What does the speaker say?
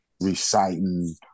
reciting